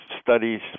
studies